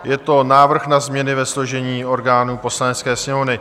Je to návrh na změny ve složení orgánů Poslanecké sněmovny.